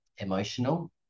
emotional